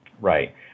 Right